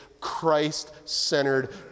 Christ-centered